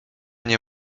nie